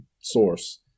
source